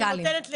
כמדינה,